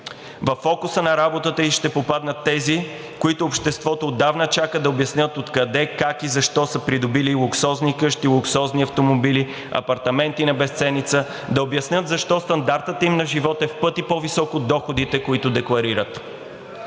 Във фокуса на работата ѝ ще попаднат тези, които обществото отдавна чака да обяснят откъде, как и защо са придобили луксозни къщи, луксозни автомобили, апартаменти на безценица, да обяснят защо стандартът им на живот е в пъти по-висок от доходите, които декларират.